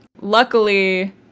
luckily